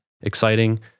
exciting